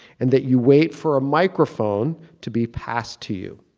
and that you wait for a microphone to be passed to you.